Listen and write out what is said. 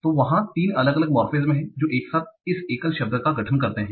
तो वहाँ तीन अलग अलग मोर्फेमेज़ हैं जो एक साथ इस एकल शब्द का गठन करते हैं